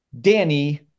Danny